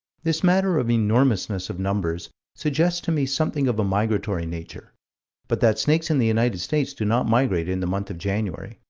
this matter of enormousness of numbers suggests to me something of a migratory nature but that snakes in the united states do not migrate in the month of january,